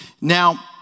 Now